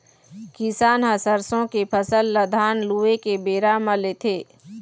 किसान ह सरसों के फसल ल धान लूए के बेरा म लेथे